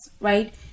right